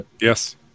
Yes